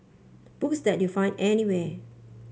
books that you find anywhere